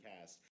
Cast